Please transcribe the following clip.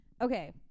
Okay